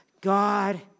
God